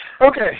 Okay